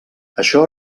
això